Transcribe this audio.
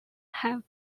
have